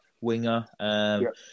winger